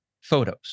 photos